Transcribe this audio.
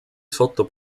sotto